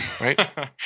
Right